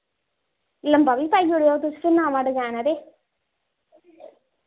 लम्बा बी पाई ओड़ेओ तुस नमां डजैन ऐ ते